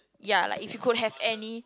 ya like if you could have any